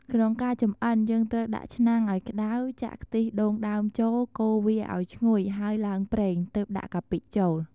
ក្នុងការចម្អិនយើងត្រូវដាក់ឆ្នាំងឲ្យក្តៅ ចាក់ខ្ទិះដូងដើមចូលកូរវាអោយឈ្ងុយហើយឡើងប្រេង ទើបដាក់កាពិចូល។